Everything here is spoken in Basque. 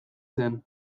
zen